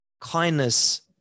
kindness